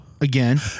Again